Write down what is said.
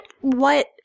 what-